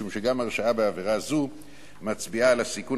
משום שגם הרשעה בעבירה זו מצביעה על הסיכון